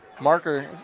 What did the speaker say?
marker